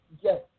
Yes